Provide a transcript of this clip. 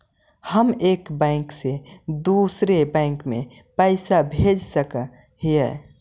हम एक बैंक से दुसर बैंक में पैसा भेज सक हिय?